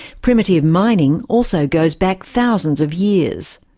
primitive mining also goes back thousands of years.